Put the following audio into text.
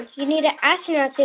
you need an astronaut suit.